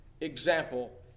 example